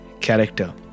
character